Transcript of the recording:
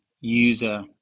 user